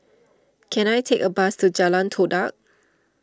can I take a bus to Jalan Todak